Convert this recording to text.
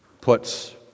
puts